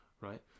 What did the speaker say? Right